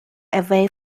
away